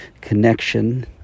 connection